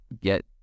get